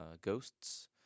Ghosts